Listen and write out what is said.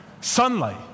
sunlight